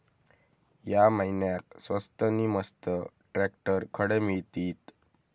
या महिन्याक स्वस्त नी मस्त ट्रॅक्टर खडे मिळतीत?